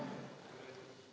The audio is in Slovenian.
Hvala